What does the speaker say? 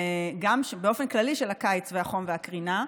באופן כללי של הקיץ והחום והקרינה,